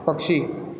पक्षी